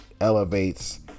elevates